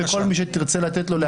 וכל מי שתרצה לתת לו להגיב,